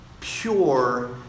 pure